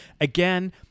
Again